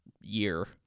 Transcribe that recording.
year